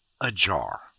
ajar